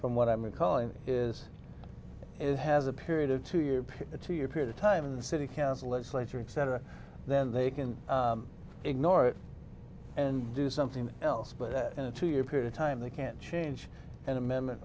from what i'm recalling is is have a period of two year period two year period of time in the city council legislature exciter then they can ignore it and do something else but in a two year period of time they can't change an amendment